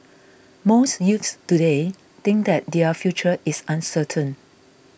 most youths today think that their future is uncertain